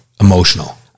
emotional